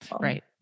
Right